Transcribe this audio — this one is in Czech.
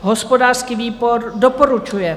Hospodářský výbor doporučuje.